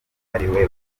ariwe